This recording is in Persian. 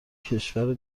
کشور